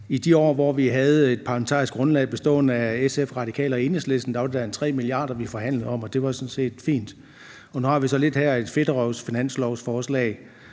i de år, hvor vi havde et parlamentarisk grundlag bestående af SF, Radikale og Enhedslisten, var det da omkring 3 mia. kr., vi forhandlede om, og det var sådan set fint. Nu har vi så lidt et fedterøvsfinanslovsforslag